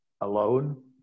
alone